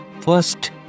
first